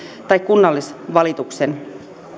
tai kunnallisvalituksen